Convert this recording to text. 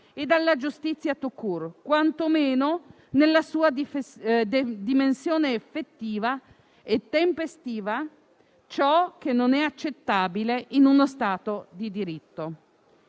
e dalla giustizia *tout-court*, quantomeno nella sua dimensione effettiva e tempestiva, ciò che non è accettabile in uno Stato di diritto».